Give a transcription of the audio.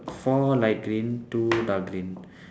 four light green two dark green